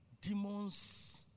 demons